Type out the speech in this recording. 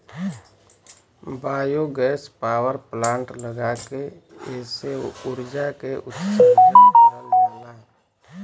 biogas power plant लगा के एसे उर्जा के उत्सर्जन करल जाला